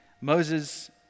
Moses